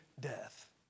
death